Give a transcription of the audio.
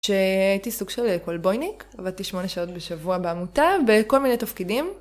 שהייתי סוג של כולבויניק, עבדתי 8 שעות בשבוע בעמותה בכל מיני תפקידים.